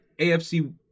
AFC